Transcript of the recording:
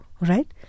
right